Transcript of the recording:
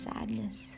Sadness